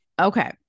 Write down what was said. okay